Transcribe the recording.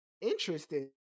interesting